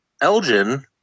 Elgin